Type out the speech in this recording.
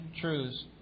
truths